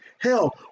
Hell